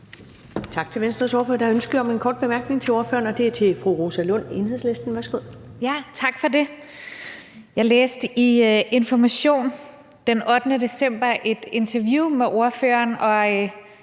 Tak til Venstres ordfører. Der er ønske om en kort bemærkning til ordføreren fra fru Rosa Lund, Enhedslisten. Værsgo. Kl. 14:57 Rosa Lund (EL): Tak for det. Jeg læste i Information den 8. december et interview med ordføreren, og